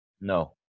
No